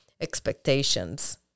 expectations